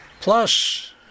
Plus